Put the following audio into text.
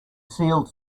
sealed